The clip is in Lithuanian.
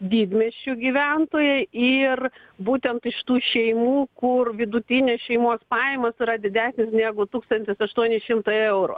didmiesčių gyventojai ir būtent iš tų šeimų kur vidutinės šeimos pajamos yra didesnės negu tūkstantis aštuoni šimtai eurų